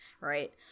right